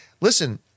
listen